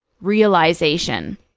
realization